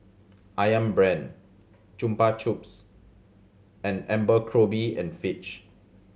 Ayam Brand Chupa Chups and Abercrombie and Fitch